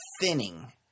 thinning